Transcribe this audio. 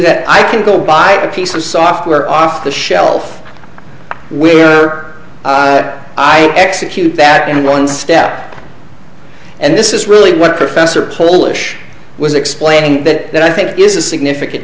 that i can go buy a piece of software off the shelf we are i execute that in one step and this is really what professor polish was explaining that i think is a significant